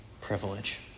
privilege